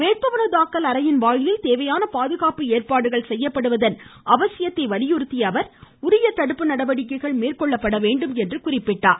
வேட்புமனு தாக்கல் அறையின் வாயிலில் தேவையான பாதுகாப்பு ஏற்பாடுகள் செய்யப்படுவதன் அவசியத்தை வலியுறுத்திய அவர் உரிய தடுப்பு நடவடிக்கைகள் மேற்கொள்ளப்பட வேண்டும் என்றார்